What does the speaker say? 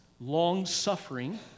long-suffering